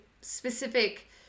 specific